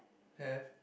have